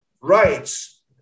rights